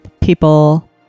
people